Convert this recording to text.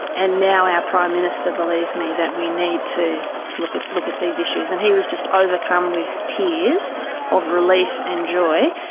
and now our prime minister believes me that we need to look at look at these issues. and he was just overcome with tears of relief and joy.